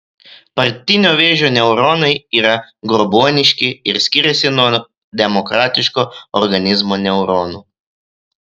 partinio vėžio neuronai yra grobuoniški ir skiriasi nuo demokratiško organizmo neuronų